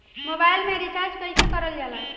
Mobile में recharge कइसे करल जाला?